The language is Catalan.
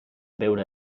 veure